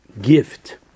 gift